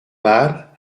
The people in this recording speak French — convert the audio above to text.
mâle